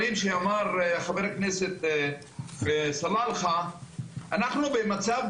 אני מצטער, אנחנו לא מתקדמים.